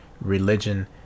religion